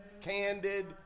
candid